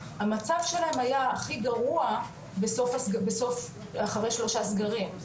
המצב שלהם היה הכי גרוע בסוף אחרי שלושה סגרים,